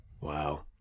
Wow